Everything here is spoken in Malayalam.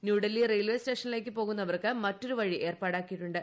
ന്യൂഡൽഹി റെയിൽവേസ്റ്റേഷനിലേക്ക് പോകുന്നവർക്ക് മറ്റൊരു വഴി ഏർപ്പാടാക്കിയിട്ടുണ്ട്